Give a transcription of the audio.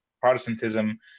Protestantism